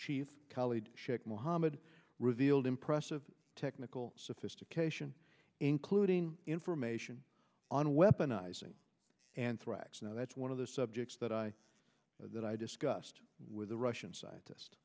chief khalid shaikh mohammed revealed impressive technical sophistication including information on weaponized anthrax now that's one of the subjects that i that i discussed with a russian scientist